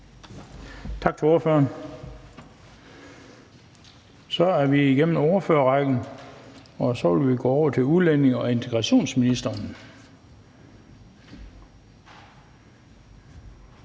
Tak til ordføreren. Så er vi igennem ordførerrækken, og vi vil gå over til udlændinge- og integrationsministeren.